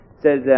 says